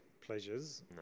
pleasures